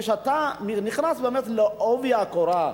כשאתה נכנס בעובי הקורה,